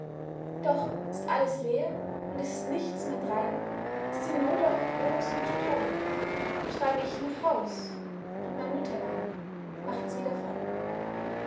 doch ist alles leer und ist nichts mehr drein ist die not auch groß und toll schreibe ich nach haus und mein mütterlein macht's wieder voll